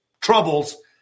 troubles